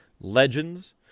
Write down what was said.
Legends